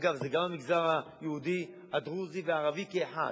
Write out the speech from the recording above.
אגב, זה במגזרים היהודי, הדרוזי והערבי כאחד.